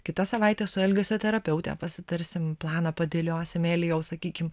kitą savaitę su elgesio terapeute pasitarsim planą padėliosime ilgiau sakykim